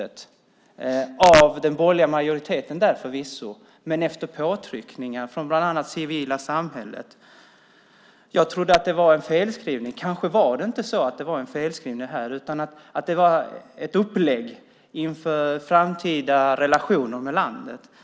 Det var förvisso den borgerliga majoriteten där som gjorde detta, men det skedde efter påtryckningar från bland annat det civila samhället. Jag trodde att det var en felskrivning, men det var det kanske inte. Det kanske var ett upplägg inför framtida relationer med landet.